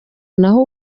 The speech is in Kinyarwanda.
naho